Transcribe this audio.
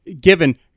given